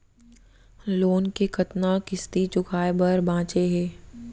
Loan के कतना किस्ती चुकाए बर बांचे हे?